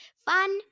Fun